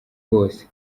rwose